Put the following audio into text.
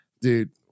dude